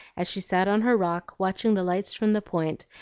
as she sat on her rock, watching the lights from the point,